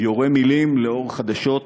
יורה מילים לאור חדשות